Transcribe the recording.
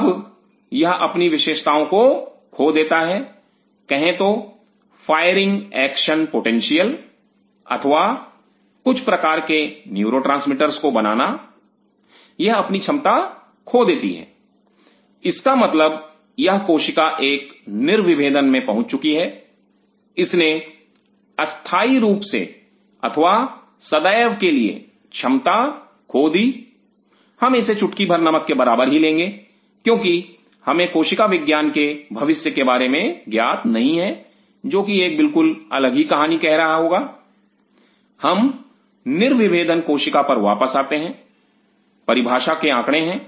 अब यह अपनी विशेषताओं को खो देता है कहे तो फ़ायरिंग एक्शन पोटेंशियल अथवा कुछ प्रकार के न्यूरोट्रांसमीटर्स को बनाना यह अपनी क्षमता खो देती हैं इसका मतलब यह कोशिका एक निर्विभेदन मे पहुंच चुकी है इसने अस्थाई रूप से अथवा सदैव के लिए क्षमता खो दी हम इसे चुटकी भर नमक के बराबर ही लेंगे क्योंकि हमें कोशिका विज्ञान के भविष्य के बारे में ज्ञात नहीं है जो कि एक बिल्कुल अलग ही कहानी कह रहा होगा हम निर्विभेदन कोशिका पर वापस आते हैं परिभाषा के आंकड़े हैं